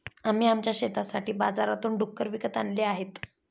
आम्ही आमच्या शेतासाठी बाजारातून डुक्कर विकत आणले आहेत